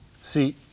See